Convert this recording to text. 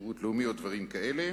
בשירות לאומי או דברים כאלה,